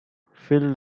fill